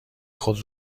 خود